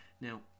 Now